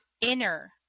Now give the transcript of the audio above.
inner